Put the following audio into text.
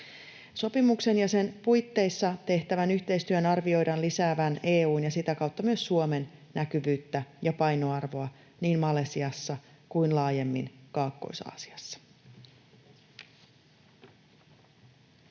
Sopimuksen ja sen puitteissa tehtävän yhteistyön arvioidaan lisäävän EU:n ja sitä kautta myös Suomen näkyvyyttä ja painoarvoa niin Malesiassa kuin laajemmin Kaakkois-Aasiassa.